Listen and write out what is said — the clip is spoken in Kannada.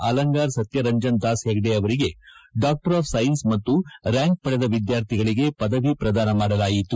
ಅಲಂಗಾರ್ ಸತ್ಯ ರಂಜನ್ ದಾಸ್ ಹೆಗಡೆ ಅವರಿಗೆ ಡಾಕ್ಟರ್ ಆಫ್ ಸೈನ್ಸ್ ಮತ್ತು ರ್ಕಾಂಕ್ ಪಡೆದ ವಿದ್ಯಾರ್ಥಿಗಳಿಗೆ ಪದವಿ ಪ್ರದಾನ ಮಾಡಲಾಯಿತು